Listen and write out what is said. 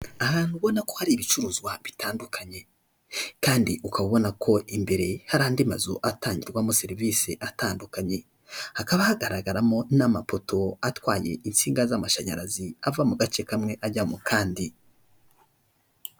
Ahantu ubona ko hari ibicuruzwa bitandukanye kandi ukaba ubona ko imbere hari andi mazu atangirwamo serivisi zitandukanye hakaba hagaragaramo n'amapoto atwaye insinga z'amashanyarazi ava mu gace kamwe ajyamo kandi.